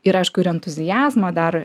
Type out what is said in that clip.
ir aišku ir entuziazmą dar